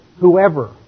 whoever